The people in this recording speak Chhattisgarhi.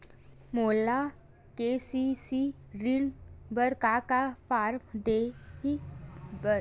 मोला के.सी.सी ऋण बर का का फारम दही बर?